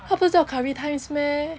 它不是叫 curry times meh